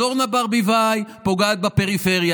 אז אורנה ברביבאי פוגעת בפריפריה,